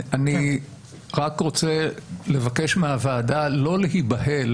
אני רק רוצה לבקש מהוועדה לא להיבהל